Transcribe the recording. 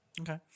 Okay